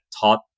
taught